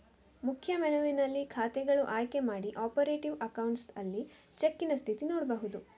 ಮುಖ್ಯ ಮೆನುವಿನಲ್ಲಿ ಖಾತೆಗಳು ಆಯ್ಕೆ ಮಾಡಿ ಆಪರೇಟಿವ್ ಅಕೌಂಟ್ಸ್ ಅಲ್ಲಿ ಚೆಕ್ಕಿನ ಸ್ಥಿತಿ ನೋಡ್ಬಹುದು